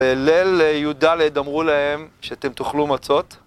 ליל י"ד אמרו להם שאתם תאכלו מצות